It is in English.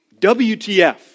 WTF